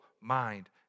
mind